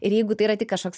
ir jeigu tai yra tik kažkoks